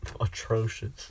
Atrocious